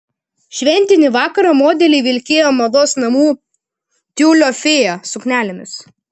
šventinį vakarą modeliai vilkėjo mados namų tiulio fėja suknelėmis